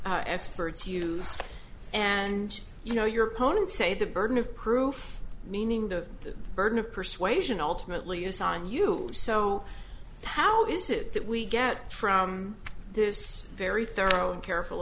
niland experts use and you know your opponents say the burden of proof meaning the burden of persuasion ultimately is on you so how is it that we get from this very thorough careful